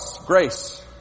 grace